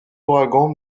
ouragans